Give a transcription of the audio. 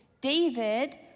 David